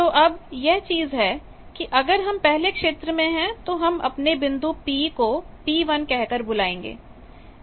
तो अब यह चीज है कि अगर हम पहले क्षेत्र में है तो हम अपने बिंदु P को P1 कह कर बुलायेंगे